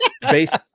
based